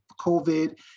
COVID